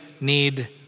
need